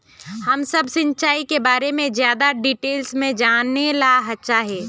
हम सब सिंचाई के बारे में ज्यादा डिटेल्स में जाने ला चाहे?